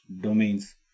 domains